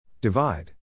Divide